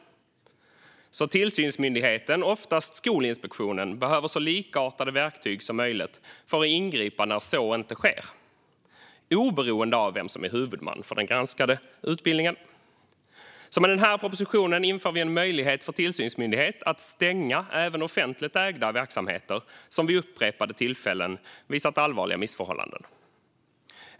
Tillsynsmyndigheten, oftast Skolinspektionen, behöver därför så likartade verktyg som möjligt för att ingripa när så inte sker, oberoende av vem som är huvudman för den granskade utbildningen. Med den här propositionen inför vi en möjlighet för tillsynsmyndigheten att stänga även offentligt ägda verksamheter som vid upprepade tillfällen visat allvarliga missförhållanden.